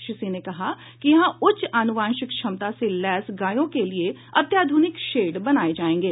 श्री सिंह ने कहा कि यहां उच्च आनुवांशिक क्षमता से लैस गायों के लिए अत्याध्रनिक शेड बनाये जायेंगे